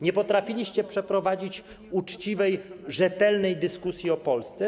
Nie potrafiliście przeprowadzić uczciwej, rzetelnej dyskusji o Polsce.